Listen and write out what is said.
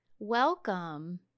Welcome